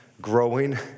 growing